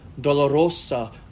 Dolorosa